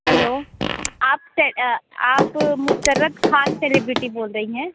hello आप आप Musarrat Khan celebrity बोल रहीं हैं